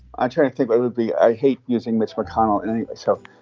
ah trying to think i would be i hate using mitch mcconnell so